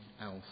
else